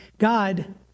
God